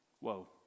Whoa